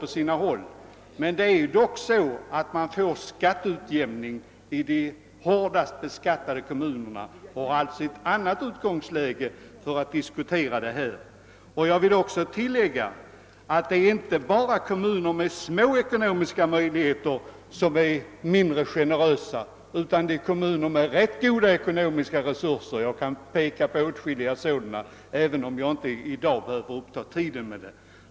Visst är förhållandena pressade på sina håll, men det förekommer ändå en skatteutjämning, som ger de hårdast belastade kommunerna ett bättre utgångsläge i detta sammanhang. Jag vill tillägga att det inte bara är kommuner med små ekonomiska möjligheter, som är mindre generösa med bostadstilläggen, utan att så är fallet också i kommuner med ganska goda resurser. Jag kan peka på åtskilliga sådana fall, men jag behöver inte i dag uppta tiden härmed.